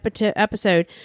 episode